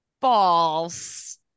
false